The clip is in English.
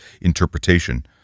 interpretation